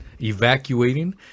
evacuating